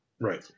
right